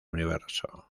universo